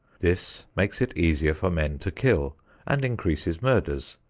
this makes it easier for men to kill and increases murders,